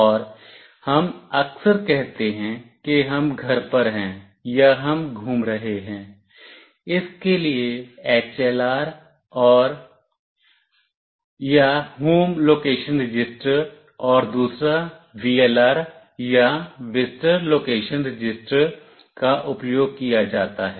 और हम अक्सर कहते हैं कि हम घर पर हैं या हम घूम रहे हैं इस के लिए HLR या होम लोकेशन रजिस्टर और दूसरा VLR या विजिटर लोकेशन रजिस्टर का उपयोग किया जाता है